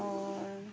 ଅର୍